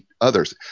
others